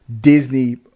disney